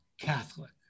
Catholic